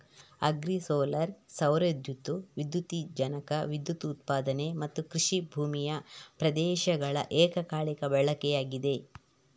agri solar ಸೌರ ದ್ಯುತಿ ವಿದ್ಯುಜ್ಜನಕ ವಿದ್ಯುತ್ ಉತ್ಪಾದನೆ ಮತ್ತುಕೃಷಿ ಭೂಮಿಯ ಪ್ರದೇಶಗಳ ಏಕಕಾಲಿಕ ಬಳಕೆಯಾಗಿದೆ